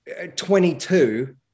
22